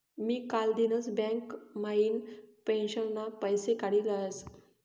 मी कालदिनच बँक म्हाइन पेंशनना पैसा काडी लयस